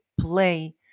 play